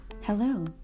Hello